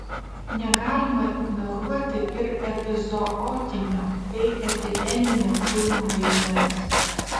negalima ignoruoti ir epizootinio bei epideminio kurmių vaidmens